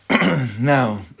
Now